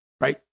right